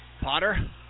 Potter